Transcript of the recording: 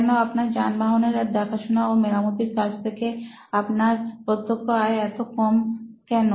কেন আপনার যানবাহন এর দেখাশুনা ও মেরামতের কাজ থেকে আপনার প্রত্যক্ষ আয় এত কম কেন